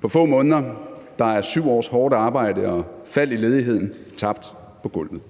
På få måneder er 7 års hårdt arbejde og fald i ledigheden tabt på gulvet,